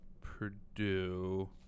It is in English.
Purdue